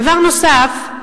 דבר נוסף.